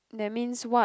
that means what